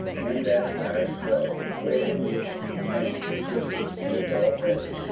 and that i shall bewail many which have sinned already,